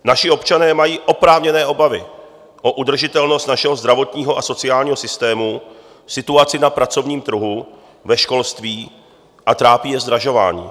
Naši občané mají oprávněné obavy o udržitelnost našeho zdravotního a sociálního systému, situaci na pracovním trhu, ve školství a trápí je zdražování.